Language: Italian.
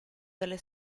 dalla